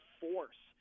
force